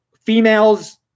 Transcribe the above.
females